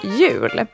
jul